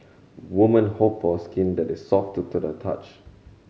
woman hope for skin that is soft to the touch